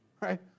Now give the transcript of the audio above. right